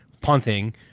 punting